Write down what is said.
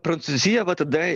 prancūzija va tada